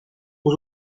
aux